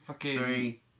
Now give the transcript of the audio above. three